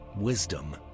Wisdom